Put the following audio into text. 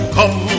Come